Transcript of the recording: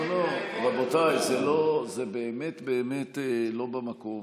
לא לא, רבותיי, זה באמת באמת לא במקום.